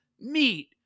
meat